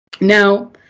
Now